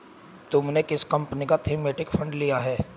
तुमने किस कंपनी का थीमेटिक फंड लिया है?